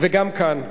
וגם כאן.